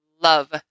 love